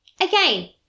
again